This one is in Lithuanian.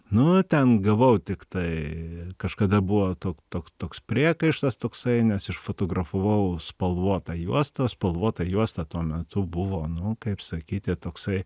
nu ten gavau tik tai kažkada buvo to toks toks priekaištas toksai nes išfotografavau spalvotą juostą o spalvota juosta tuo metu buvo nu kaip sakyti toksai